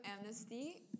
Amnesty